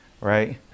right